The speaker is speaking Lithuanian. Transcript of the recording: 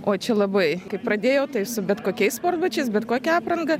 o čia labai kai pradėjau tai su bet kokiais sportbačiais bet kokia apranga